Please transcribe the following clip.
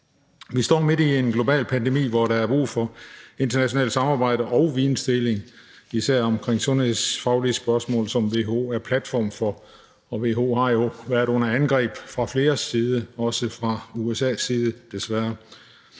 Vi står midt i en global pandemi, hvor der er brug for internationalt samarbejde og vidensdeling især om sundhedsfaglige spørgsmål, som WHO er platform for. WHO har jo været under angreb fra flere sider, desværre også fra USA's side. Derfor